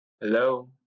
Hello